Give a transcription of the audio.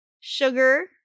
sugar